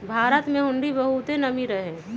भारत में हुंडी बहुते नामी रहै